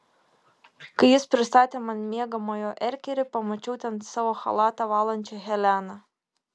kai jis pristatė man miegamojo erkerį pamačiau ten savo chalatą valančią heleną